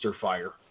fire